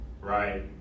right